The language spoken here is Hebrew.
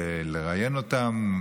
לראיין אותם,